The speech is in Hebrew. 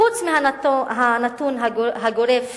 חוץ מהנתון הגורף